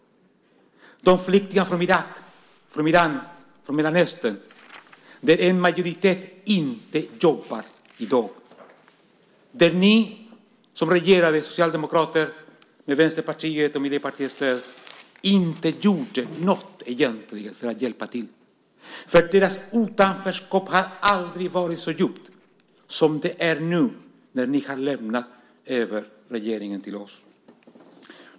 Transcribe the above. Jag pratar om de flyktingar från Irak, Iran och Mellanöstern av vilka en majoritet inte jobbar i dag. Här gjorde ni socialdemokrater, vänsterpartister och miljöpartister egentligen ingenting för att hjälpa till när ni regerade. Deras utanförskap har nämligen aldrig varit så djupt som det är nu när ni har lämnat över regeringen till oss.